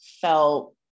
felt